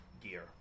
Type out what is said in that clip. gear